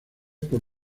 por